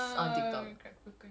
eh he's already following me